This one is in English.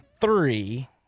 three